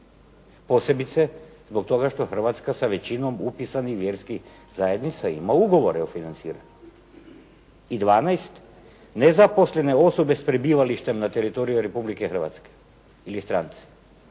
Posebice zbog toga što Hrvatska sa većinom upisanih vjerskih zajednica ima ugovore o financiranju. I 12., nezaposlene osobe s prebivalištem na teritoriju Republike Hrvatske ili stranci.